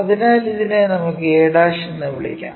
അതിനാൽ ഇതിനെ നമുക്ക് aഎന്ന് വിളിക്കാം